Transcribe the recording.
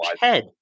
head